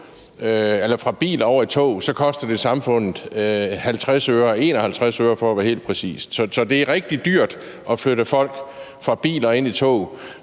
biler og over i tog, koster det samfundet 51 øre for at være helt præcis. Så det er rigtig dyrt at flytte folk fra biler og ind i tog,